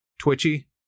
twitchy